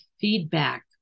feedback